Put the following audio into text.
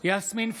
יסמין פרידמן,